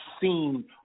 seen